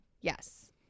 yes